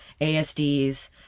ASDs